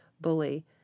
bully